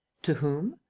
to whom?